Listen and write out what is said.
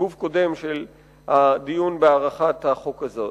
בסיבוב קודם של הדיון בהארכת תוקף החוק הזה.